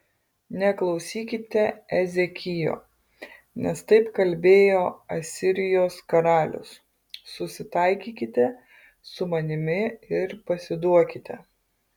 neklausykite ezekijo nes taip kalbėjo asirijos karalius susitaikykite su manimi ir pasiduokite